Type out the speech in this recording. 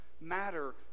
matter